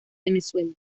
venezuela